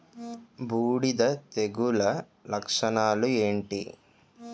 బూడిద తెగుల లక్షణాలు ఏంటి?